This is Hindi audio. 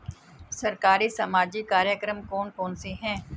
सरकारी सामाजिक कार्यक्रम कौन कौन से हैं?